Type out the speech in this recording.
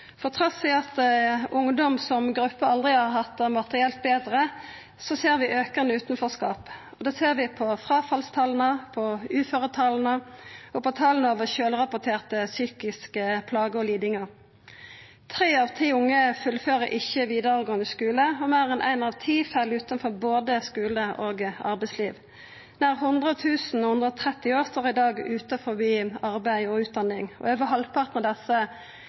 For trass i at ungdom som gruppe aldri har hatt det materielt betre, ser vi aukande utanforskap. Det ser vi på fråfallstala, på uføretala og på tala over sjølvrapporterte psykiske plager og lidingar. Tre av ti unge fullfører ikkje vidaregåande skule, og meir enn ein av ti fell utanfor både skule og arbeidsliv. Nær 100 000 under 30 år står i dag utanfor arbeid og utdanning, og over halvparten av desse